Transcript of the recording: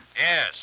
Yes